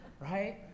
Right